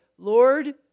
Lord